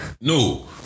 No